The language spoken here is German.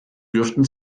dürften